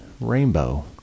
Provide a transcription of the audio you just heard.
rainbow